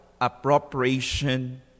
appropriation